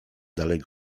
dalej